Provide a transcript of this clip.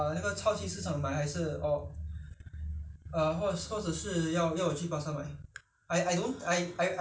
for eggs normally you buy from supermarket you don't buy from market already cause now the days